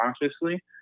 consciously